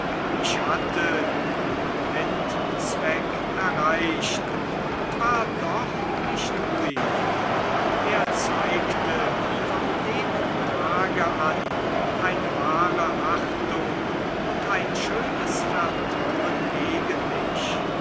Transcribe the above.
ich hatte meinen endzweck erreicht und war doch nicht ruhig er zeigte von dem tage an eine wahre achtung und ein schönes vertrauen gegen mich